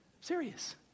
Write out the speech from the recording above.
Serious